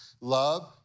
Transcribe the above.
Love